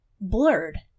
blurred